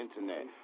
Internet